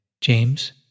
James